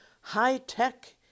high-tech